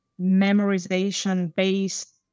memorization-based